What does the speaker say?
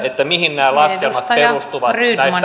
mihin nämä laskelmat perustuvat